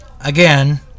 again